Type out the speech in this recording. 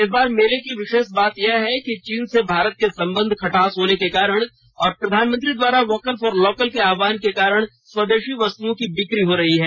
इस बार मेला की विशेष बात यह है कि चीन से भारत के संबंध खटास होने के कारण और प्रधानमंत्री द्वारा वोकल फॉर लोकल के आह्वान के कारण स्वदेशी वस्तुओं की बिक्री हो रही है